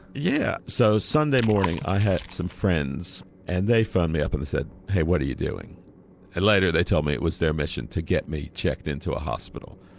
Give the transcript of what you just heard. yeah, so sunday morning i had some friends and they phoned me up and said hey, what are you doing? and later they told me it was their mission to get me checked into a hospital.